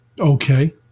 Okay